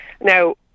Now